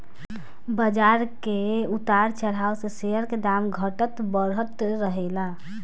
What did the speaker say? बाजार के उतार चढ़ाव से शेयर के दाम घटत बढ़त रहेला